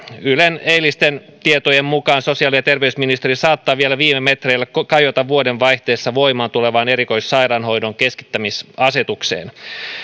ylen eilisten tietojen mukaan sosiaali ja terveysministeri saattaa vielä viime metreillä kajota vuoden vaihteessa voimaan tulevaan erikoissairaanhoidon keskittämisasetukseen